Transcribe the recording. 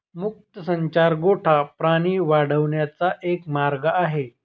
मुक्त संचार गोठा प्राणी वाढवण्याचा एक मार्ग आहे